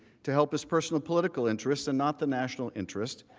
to help his personal political interest and not the national interest,